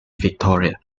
victoria